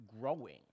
growing